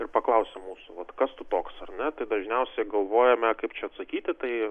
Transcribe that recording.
ir paklausia mūsų vat kas tu toks ar ne tai dažniausiai galvojame kaip čia sakyti tai